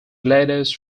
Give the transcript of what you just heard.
gladys